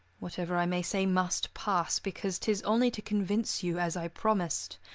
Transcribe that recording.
whatever i may say must pass, because tis only to convince you, as i promised.